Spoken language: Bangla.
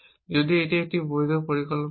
যদি এটি একটি বৈধ পরিকল্পনা হয়